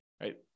right